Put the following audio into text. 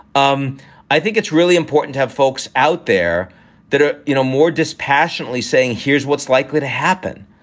um i think it's really important to have folks out there that are, you know, more dispassionately saying, here's what's likely to happen.